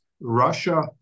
Russia